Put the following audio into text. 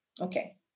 okay